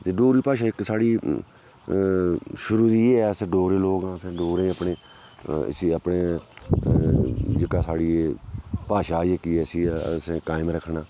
ते डोगरी भाशा इक साढ़ी शुरू दी ऐ अस डोगरी लोक आं असें डोगरी अपनी जेह्के साढ़ी भाशा जेह्की ऐ इसी असें कायम रक्खना